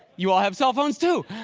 you all have cell phones too.